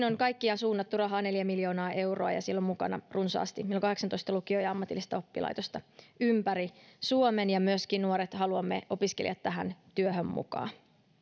on suunnattu rahaa kaikkiaan neljä miljoonaa euroa ja siellä on mukana kahdeksantoista lukiota ja ammatillista oppilaitosta ympäri suomen ja myöskin nuoret opiskelijat haluamme tähän työhön mukaan